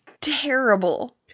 terrible